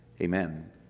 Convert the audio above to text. amen